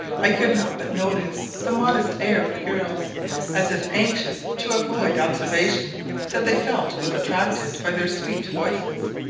i could not but notice the modest air of the girls as if anxious to avoid observation that they felt was attracted by their sweet voices,